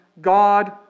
God